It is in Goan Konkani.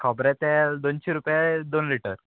खोबरे तेल दोनशी रुपया दोन लिटर